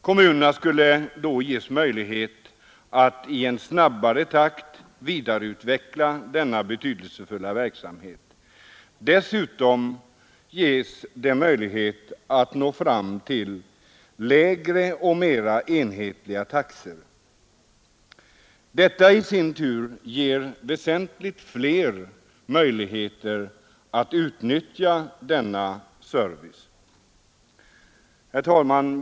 Kommunerna skulle då ges möjlighet att i en snabbare takt vidareutveckla denna betydelsefulla verksamhet. Dessutom ges det möjlighet att nå fram till lägre och mera enhetliga taxor. Detta i sin tur ger väsentligt flera möjlighet att utnyttja denna service.